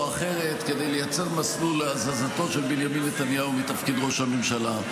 אחרת לייצר מסלול להזזתו של בנימין נתניהו מתפקיד ראש הממשלה.